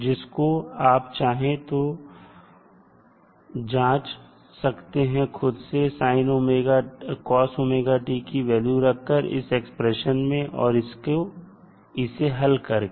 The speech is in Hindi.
जिसको आप चाहे तो जांच सकते हैं खुद से cosωt की वैल्यू रखकर इस एक्सप्रेशन में और इसे हल करके